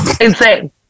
Insane